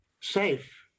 safe